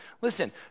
Listen